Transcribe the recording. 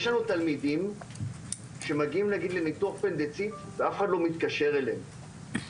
יש לנו תלמידים שמגיעים נגיד לניתוח אפנדציט ואף אחד לא מתקשר אליהם.